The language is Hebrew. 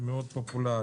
שהוא מאוד פופולרי.